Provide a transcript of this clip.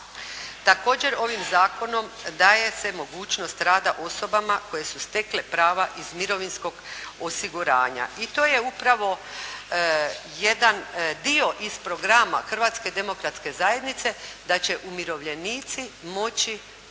Također ovim zakonom daje se mogućnost rada osobama koje su stekle prava iz mirovinskog osiguranja i to je upravo jedan dio iz programa Hrvatske demokratske zajednice da će umirovljenici moći